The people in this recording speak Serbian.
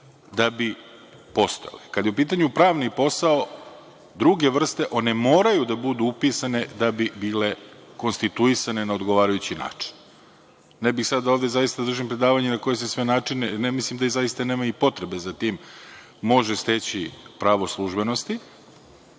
da bi postojale. Kada je u pitanju pravni posao druge vrste, one moraju da budu upisane da bi bile konstituisane na odgovarajući način. Ne bih sada zaista ovde da držim predavanje na koje se sve načine, mislim da nema potrebe za tim, može steći pravo službenosti,